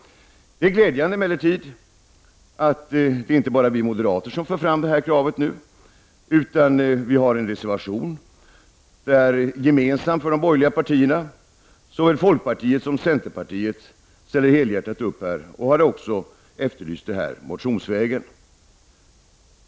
Det är emellertid glädjande att det inte bara är vi moderater som för fram det här kravet. Vi har gemensamt med de borgerliga partierna en reservation. Folkpartiet och centerpartiet ställer helhjärtat upp här, och de har även gjort denna efterlysning motionsvägen.